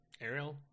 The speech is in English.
Ariel